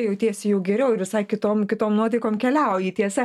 jautiesi jau geriau ir visai kitom kitom nuotaikom keliauji tiesa